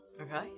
Okay